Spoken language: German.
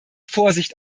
vorsicht